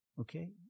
Okay